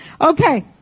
Okay